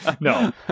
no